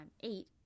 eight